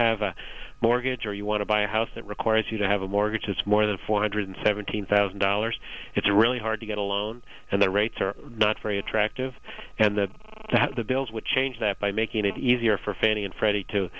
have a mortgage or you want to buy a house that requires you to have a mortgage that's more than four hundred seventeen thousand dollars it's really hard to get a loan and the rates are not very attractive and that the bills would change that by making it easier for